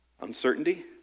uncertainty